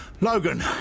Logan